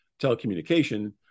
telecommunication